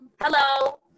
hello